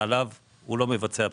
ועליו הוא לא מבצע בחירה.